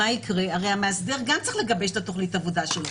הרי המאסדר גם צריך לגבש את תוכנית העבודה שלו,